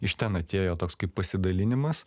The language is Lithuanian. iš ten atėjo toks kaip pasidalinimas